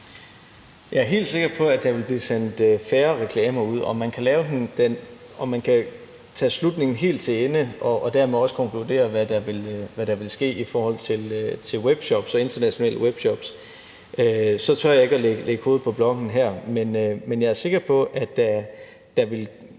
Jeg er helt sikker på, at der vil blive sendt færre reklamer ud. Om man kan tage slutningen helt til ende og dermed også konkludere, hvad der vil ske i forhold til webshops og internationale webshops, tør jeg ikke at lægge hovedet på blokken om her. Men jeg er sikker på, at der vil